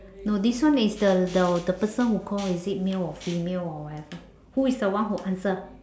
no this one is the the the person who call is it male or female or whatever who is the one who answer